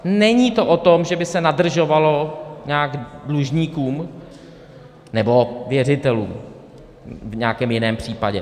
Není to o tom, že by se nadržovalo nějak dlužníkům nebo věřitelům v nějakém jiném případě.